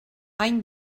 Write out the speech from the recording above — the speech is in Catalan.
any